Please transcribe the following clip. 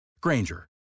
Granger